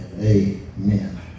Amen